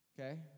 Okay